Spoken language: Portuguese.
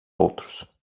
outros